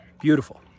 Beautiful